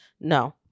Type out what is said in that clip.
No